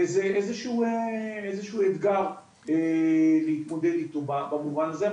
וזה איזה שהוא אתגר להתמודד איתו במובן הזה.